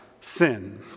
sin